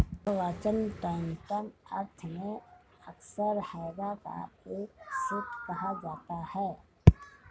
बहुवचन टैंटम अर्थ में अक्सर हैगा का एक सेट कहा जाता है